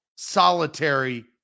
solitary